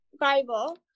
Bible